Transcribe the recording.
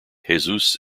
jesus